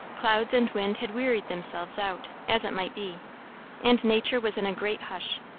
clouds and wind had wearied themselves out, as it might be and nature was in a great hush.